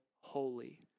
holy